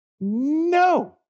no